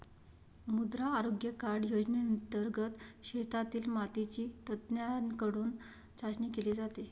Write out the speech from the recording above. मृदा आरोग्य कार्ड योजनेंतर्गत शेतातील मातीची तज्ज्ञांकडून चाचणी केली जाते